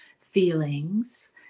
feelings